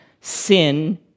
sin